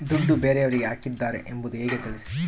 ದುಡ್ಡು ಬೇರೆಯವರಿಗೆ ಹಾಕಿದ್ದಾರೆ ಎಂಬುದು ಹೇಗೆ ತಿಳಿಸಿ?